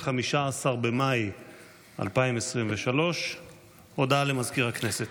15 במאי 2023. הודעה למזכיר הכנסת.